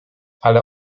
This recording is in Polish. ale